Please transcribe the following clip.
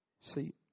See